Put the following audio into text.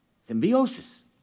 Symbiosis